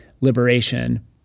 liberation